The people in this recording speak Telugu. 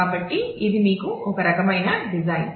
కాబట్టి ఇది మీకు ఒక రకమైన డిజైన్